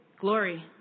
Glory